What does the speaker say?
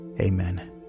amen